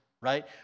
right